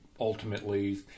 ultimately